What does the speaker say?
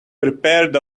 prepared